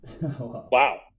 Wow